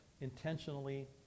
intentionally